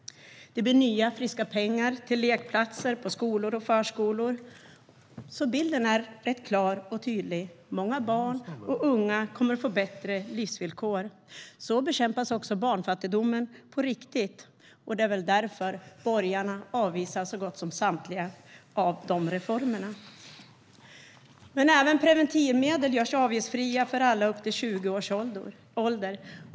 Det blir nya friska pengar till lekplatser på skolor och förskolor. Bilden är rätt klar och tydlig: Många barn och unga kommer att få bättre livsvillkor. Så bekämpas också barnfattigdomen på riktigt. Det är väl därför borgarna avvisar så gott som samtliga av dessa reformer. Även preventivmedel görs avgiftsfria för alla upp till 20 års ålder.